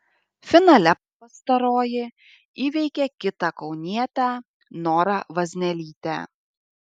finale pastaroji įveikė kitą kaunietę norą vaznelytę